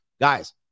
guys